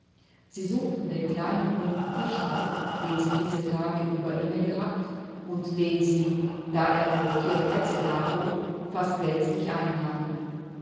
sie suchten den kleinen runden tisch auf den sie diese tage über inne gehabt und den sie da er nur vier plätze darbot fast gänzlich einnahmen